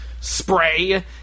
spray